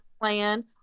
plan